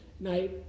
night